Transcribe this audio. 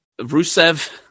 Rusev